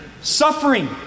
Suffering